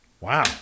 Wow